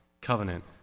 covenant